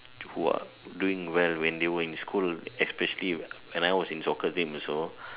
who are doing well when they were in school especially when I was in soccer team also